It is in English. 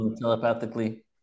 telepathically